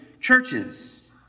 churches